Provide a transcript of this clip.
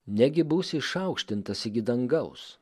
negi būsi išaukštintas iki dangaus